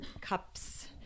cups